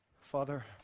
Father